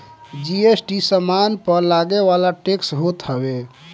GST सामान पअ लगेवाला टेक्स होत हवे